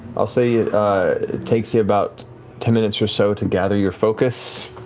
i'll say it it takes you about ten minutes or so to gather your focus.